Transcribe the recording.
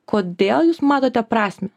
kodėl jūs matote prasmę